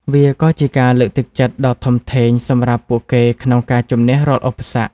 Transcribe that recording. វាក៏ជាការលើកទឹកចិត្តដ៏ធំធេងសម្រាប់ពួកគេក្នុងការជំនះរាល់ឧបសគ្គ។